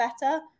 better